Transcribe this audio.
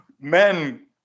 men